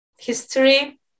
history